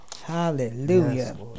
Hallelujah